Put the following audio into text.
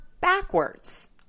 backwards